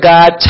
God